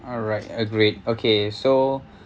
alright agreed okay so